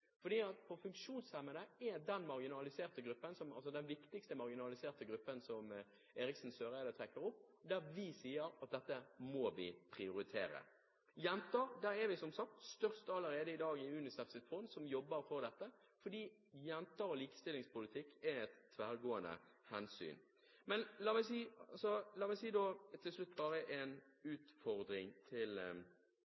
Funksjonshemmede er den viktigste marginaliserte gruppen som Eriksen Søreide trekker opp, og vi sier at dette må vi prioritere. Når det gjelder jenter, er vi som sagt den største enkeltgiveren allerede i dag til UNICEFs fond, som jobber for dette, fordi jenter og likestillingspolitikk er et tverrgående hensyn.